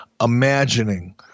imagining